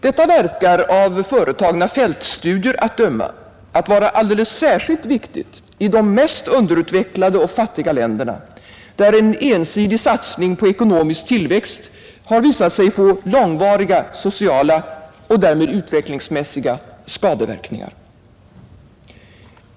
Detta verkar, av företagna fältstudier att döma, att vara alldeles särskilt viktigt i de mest underutvecklade och fattiga länderna, där en ensidig satsning på ekonomisk tillväxt visat sig få långvariga sociala och därmed utvecklingsmässiga skadeverkningar.